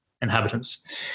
inhabitants